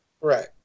Right